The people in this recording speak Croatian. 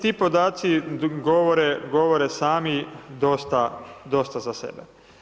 Ti podaci govore sami dosta za sebe.